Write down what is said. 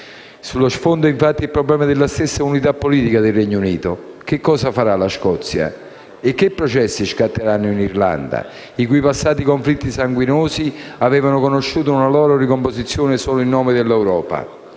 Sullo sfondo è infatti il problema della stessa unità politica del Regno Unito. Cosa farà la Scozia? E che processi scatteranno in Irlanda, i cui passati conflitti sanguinosi avevano conosciuto una loro ricomposizione solo in nome dell'Europa?